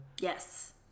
Yes